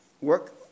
work